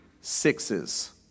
sixes